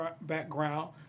background